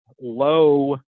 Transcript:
low